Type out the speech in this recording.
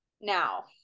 now